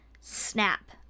snap